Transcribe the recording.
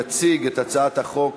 יציג את הצעת החוק